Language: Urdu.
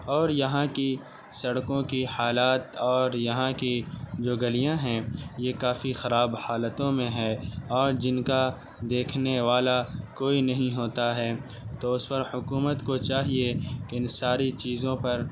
اور یہاں کی سڑکوں کی حالات اور یہاں کی جو گلیاں ہیں یہ کافی خراب حالتوں میں ہے اور جن کا دیکھنے والا کوئی نہیں ہوتا ہے تو اس پر حکومت کو چاہیے کہ ان ساری چیزوں پر